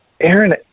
Aaron